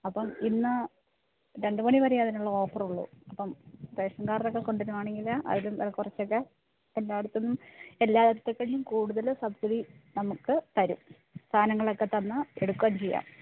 അപ്പം ഇന്ന് രണ്ട് മണി വരെയാണ് അതിനുള്ള ഓഫറൊള്ളൂ അപ്പം റേഷന് കാര്ഡെക്കെ കൊണ്ട് വരുവാണെങ്കിൽ അതിലും കുറച്ചൊക്കെ എല്ലായിടത്തു നിന്നും എല്ലാ ഇടത്തെ കഴിഞ്ഞും കൂടുതൽ സബ്സിഡി നമുക്ക് തരും സാധനങ്ങളൊക്കെ തന്നെ എടുക്കുകയും ചെയ്യാം